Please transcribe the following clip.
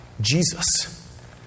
Jesus